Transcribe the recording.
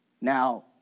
Now